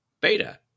beta